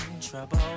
trouble